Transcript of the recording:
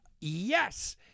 yes